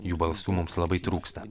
jų balsų mums labai trūksta